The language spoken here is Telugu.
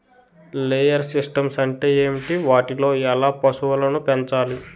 లేయర్ సిస్టమ్స్ అంటే ఏంటి? వాటిలో ఎలా పశువులను పెంచాలి?